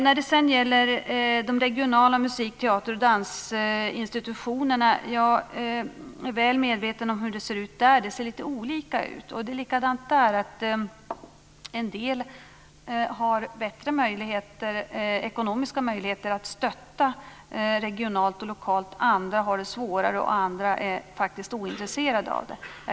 När det sedan gäller de regionala musik-, teateroch dansinstitutionerna är jag väl medveten om att det ser lite olika ut. Det är likadant där, en del har bättre ekonomiska möjligheter att stötta regionalt och lokalt. Andra har det svårare, och en del är faktiskt ointresserade av det.